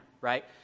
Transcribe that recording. right